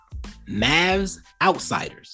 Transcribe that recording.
MAVSOutsiders